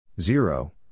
Zero